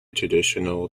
traditional